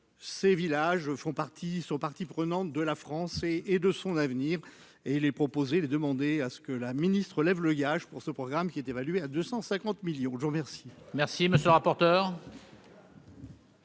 partie sont partie prenante de la France et et de son avenir et les proposer de demander à ce que la ministre lève le gage pour ce programme qui est évalué à 250 millions je vous remercie. Merci, monsieur le rapporteur.